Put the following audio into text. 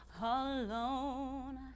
alone